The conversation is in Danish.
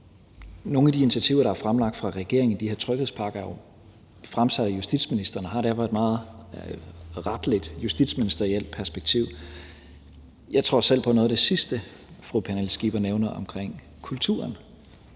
Nogle af de initiativer, der er fremlagt fra regeringen i de her tryghedspakker, er jo fremlagt af justitsministeren og har derfor et meget retligt, justitsministerielt perspektiv, men jeg tror selv på, at noget af det sidste, fru Pernille Skipper nævner, om kulturen,